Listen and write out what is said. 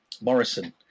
Morrison